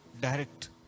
direct